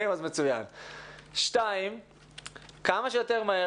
דבר שני, באותה דחיפות, כמה שיותר מהר,